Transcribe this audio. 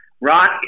rock